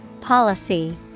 Policy